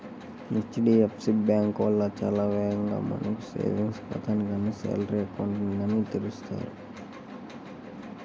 HDFC bank వాళ్ళు చాలా వేగంగా మనకు సేవింగ్స్ ఖాతాని గానీ శాలరీ అకౌంట్ ని గానీ తెరుస్తారు